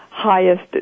highest